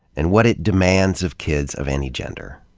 and what it demands of kids of any gender.